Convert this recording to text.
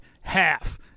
half